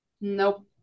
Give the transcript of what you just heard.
Nope